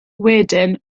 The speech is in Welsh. wedyn